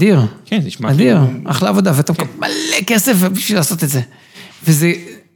אדיר -כן זה נשמע... -אדיר, אחלה עבודה, ואתה מקבל מלא כסף בשביל לעשות את זה.